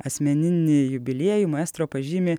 asmeninį jubiliejų maestro pažymi